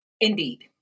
Indeed